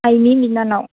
आइनि बिनानाव